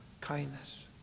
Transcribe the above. kindness